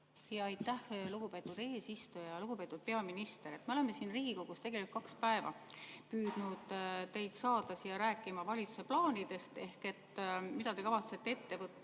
Aitäh, lugupeetud eesistuja! Lugupeetud peaminister! Me oleme siin Riigikogus tegelikult kaks päeva püüdnud teid saada siia rääkima valitsuse plaanidest ehk sellest, mida te kavatsete ette võtta